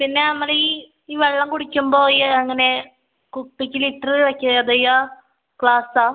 പിന്നെ അമ്മളീ വെള്ളം കുടിക്കുമ്പോൾ ഈ അങ്ങനെ കുപ്പിക്ക് ലിറ്ററ് വെക്കാതെയാ ഗ്ലാസാ